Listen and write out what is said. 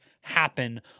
happen